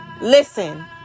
Listen